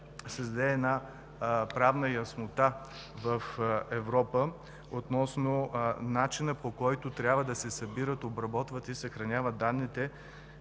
създаде правна яснота относно начина, по който трябва да се събират, обработват и да се съхраняват данните